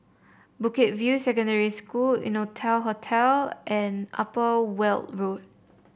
Bukit View Secondary School Innotel Hotel and Upper Weld Road